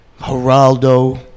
Geraldo